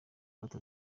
gato